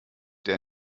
der